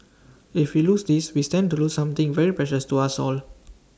if we lose this we stand to lose something very precious to us all